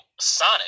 Sonic